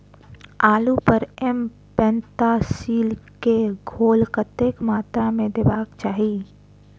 आलु पर एम पैंतालीस केँ घोल कतेक मात्रा मे देबाक चाहि?